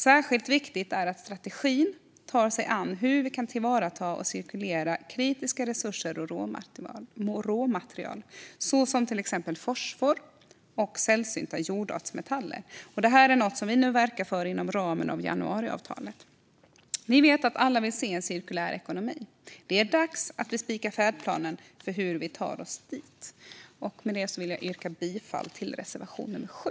Särskilt viktigt är att strategin tar sig an hur vi kan tillvarata och cirkulera kritiska resurser och råmaterial såsom fosfor och sällsynta jordartsmetaller. Detta är något som vi nu verkar för inom ramen för januariavtalet. Vi vet att alla vill se en cirkulär ekonomi. Det är dags att vi spikar färdplanen för hur vi tar oss dit. Jag yrkar bifall till reservation nr 7.